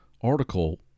article